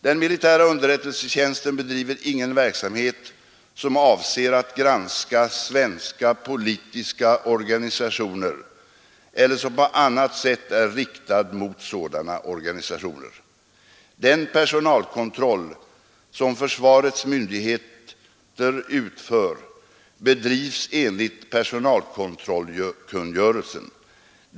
Den militära underrättelsetjänsten bedriver ingen verksamhet som avser att granska svenska politiska organisationer eller som på annat sätt är riktad mot sådana organisationer. Den personalkontroll som försvarets myndigheter utför bedrivs enligt personalkontrollkungörelsen.